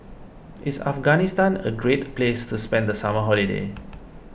is Afghanistan a great place to spend the summer holiday